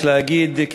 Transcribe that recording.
יש להגיד,